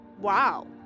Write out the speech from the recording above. Wow